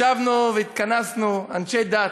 ישבנו והתכנסנו, אנשי דת,